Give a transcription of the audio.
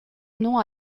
nom